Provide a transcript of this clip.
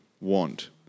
want